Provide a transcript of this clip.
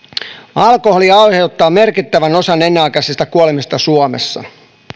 alkoholi aiheuttaa merkittävän osan ennenaikaisista kuolemista suomessa